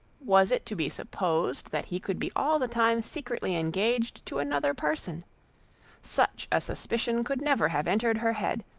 was it to be supposed that he could be all the time secretly engaged to another person such a suspicion could never have entered her head!